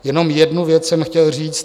Jenom jednu věc jsem chtěl říct.